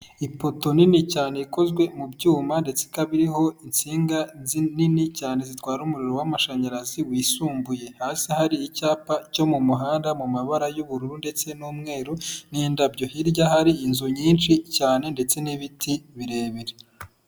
Ipoto nini cyane ikozwe mu byuma ndetse ikabiriho insinga nini cyane zitwara umuriro w'amashanyarazi wisumbuye hasi hari icyapa cyo mu muhanda mu mabara y'ubururu ndetse n'umweru n'indabyo hirya hari inzu nyinshi cyane ndetse n'ibiti birebire.